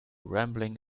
rambling